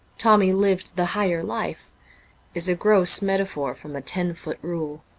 tommy lived the higher life is a gross metaphor from a ten-foot rule.